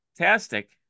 fantastic